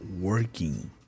working